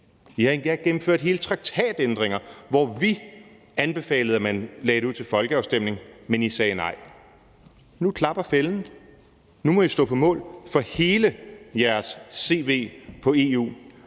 endda gennemført hele traktatændringer, hvor vi anbefalede, at man lagde det ud til folkeafstemning, men I sagde nej. Nu klapper fælden. Nu må I stå på mål for hele jeres cv på EU,